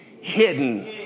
hidden